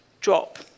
drop